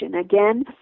Again